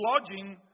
lodging